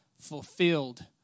fulfilled